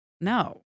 No